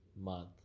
month